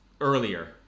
earlier